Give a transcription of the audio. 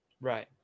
Right